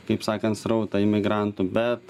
kaip sakant srautą imigrantų bet